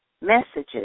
messages